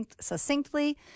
succinctly